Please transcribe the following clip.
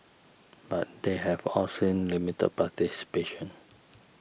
but they have all seen limited participation